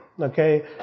okay